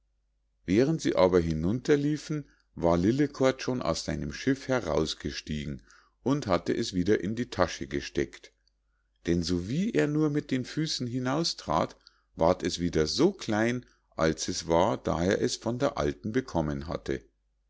während sie aber hinunterliefen war lillekort schon aus seinem schiff herausgestiegen und hatte es wieder in die tasche gesteckt denn sowie er nur mit den füßen hinaustrat ward es wieder so klein als es war da er es von der alten bekommen hatte